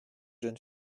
jeune